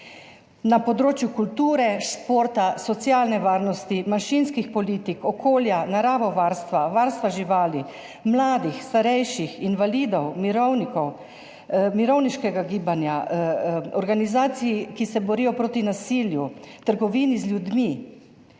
Na področju kulture, športa, socialne varnosti, manjšinskih politik, okolja, naravovarstva, varstva živali, mladih, starejših, invalidov, mirovnikov, mirovniškega gibanja, organizacij, ki se borijo proti nasilju, trgovini z ljudmi,